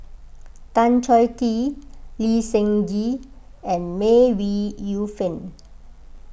Tan Choh Tee Lee Seng Gee and May Ooi Yu Fen